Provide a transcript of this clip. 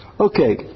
Okay